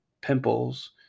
pimples